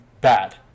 bad